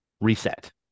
reset